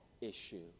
issue